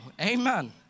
Amen